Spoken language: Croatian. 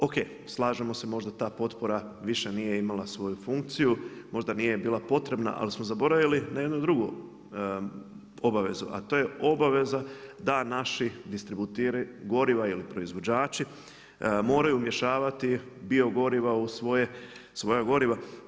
OK, slažemo se možda ta potpora više nije imala svoju funkciju, možda nije bila potreba, ali smo zaboravili na jednu drugu obavezu, a to je obaveza, da naši distributeri goriva ili proizvođači, moraju miješati bio goriva u svoja goriva.